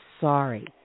sorry